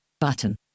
Button